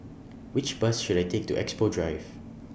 Which Bus should I Take to Expo Drive